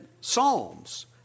psalms